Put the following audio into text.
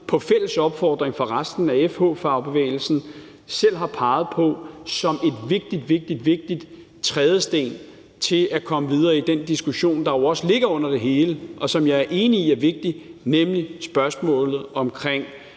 på fælles opfordring fra resten af FH-fagbevægelsen selv har peget på som en vigtig, vigtig trædesten til at komme videre i den diskussion, der også ligger under det hele, og som jeg er enig i er vigtig, nemlig spørgsmålet omkring